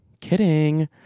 kidding